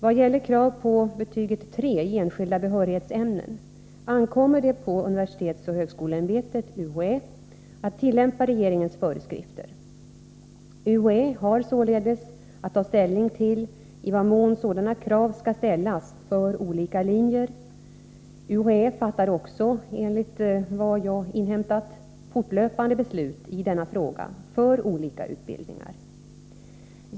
Vad gäller krav på betyget 3 i enskilda behörighetsämnen ankommer det på universitetsoch högskoleämbetet att tillämpa regeringens föreskrifter. UHÄ har således att ta ställning till i vad mån sådana krav skall ställas för olika linjer. UHÄ fattar också, enligt vad jag har inhämtat, fortlöpande beslut i denna fråga för olika utbildningar.